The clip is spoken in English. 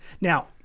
Now